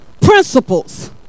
principles